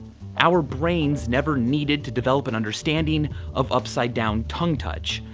our brains never needed to develop an understanding of upside down tongue touch.